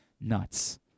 nuts